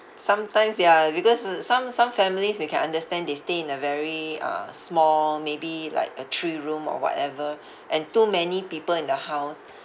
sometimes ya because some some families we can understand they stay in a very uh small maybe like a three room or whatever and too many people in the house